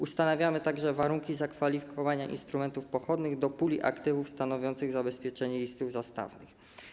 Ustanawiamy także warunki zakwalifikowania instrumentów pochodnych do puli aktywów stanowiących zabezpieczenie listów zastawnych.